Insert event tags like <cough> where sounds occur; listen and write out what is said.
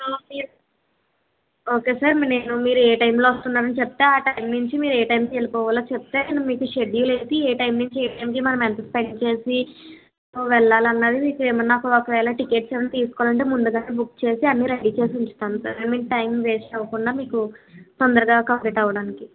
<unintelligible> okay sir నేను మీరు ఏ టైమ్లో వస్తున్నారు అని చెప్తే ఆ టైమ్ నుంచి మీరు ఏ టైమ్కి వెళ్ళిపోవాలో చెప్తే నేను మీకు షెడ్యూల్ వేసి ఏ టైమ్ నుంచి ఏ టైమ్కి మనం ఎంత స్పెండ్ చేసి వెళ్ళాలి అన్నది మీకు ఏమైనా ఒకవేళ టికెట్స్ ఏమైనా తీసుకోవాలి అంటే ముందుగానే బుక్ చేసి అన్నీరెడీ చేసి ఉంచుతాము సార్ మీకు టైమ్ వేస్ట్ అవ్వకుండా మీకు తొందరగా కంప్లీట్ అవ్వడానికి